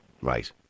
Right